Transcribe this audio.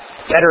Better